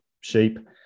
sheep